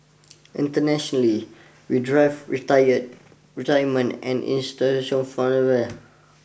internationally with drive retired retirement and institutions and